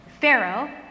Pharaoh